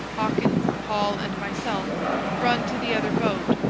hawkins, hall, and myself run to the other boat,